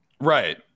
Right